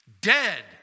Dead